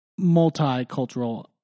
multicultural